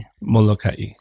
Molokai